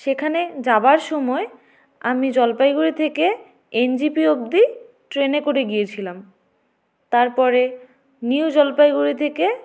সেখানে যাবার সময় আমি জলপাইগুড়ি থেকে এনজেপি অবধি ট্রেনে করে গিয়েছিলাম তারপরে নিউ জলপাইগুড়ি থেকে